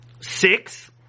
six